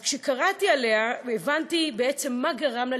אז כשקראתי עליה הבנתי בעצם מה גרם לה